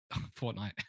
Fortnite